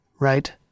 right